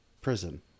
prison